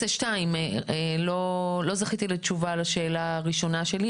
לא זכיתי לתשובה לשאלה הראשונה שלי,